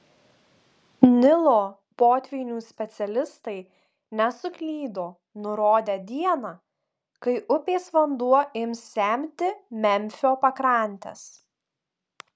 nilo potvynių specialistai nesuklydo nurodę dieną kai upės vanduo ims semti memfio pakrantes